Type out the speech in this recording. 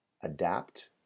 adapt